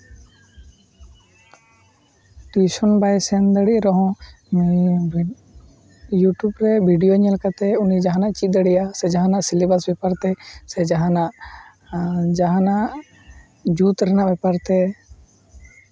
tuition ᱵᱟᱭ ᱥᱮᱱ ᱫᱟᱲᱮᱭᱟᱜ ᱨᱮᱦᱚᱸ ᱵᱷᱤᱰ ᱤᱭᱩᱴᱤᱵᱽ ᱨᱮ ᱵᱷᱤᱰᱭᱳ ᱧᱮᱞ ᱠᱟᱛᱮᱫ ᱡᱟᱦᱟᱱᱟᱜᱼᱮ ᱪᱮᱫ ᱫᱟᱲᱮᱭᱟᱜᱼᱟ ᱥᱮ ᱡᱟᱦᱟᱱᱟᱜ ᱥᱤᱞᱮᱵᱟᱥ ᱵᱮᱯᱟᱨ ᱛᱮ ᱥᱮ ᱡᱟᱦᱟᱱᱟᱜ ᱡᱟᱦᱟᱱᱟᱜ ᱡᱩᱛ ᱨᱮᱱᱟᱜ ᱵᱮᱯᱟᱨ ᱛᱮ